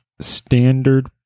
standard